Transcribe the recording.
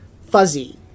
fuzzy